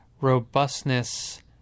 robustness